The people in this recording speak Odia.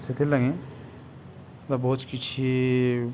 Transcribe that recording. ସେଥିର୍ଲାଗି ବହୁତ୍ କିଛି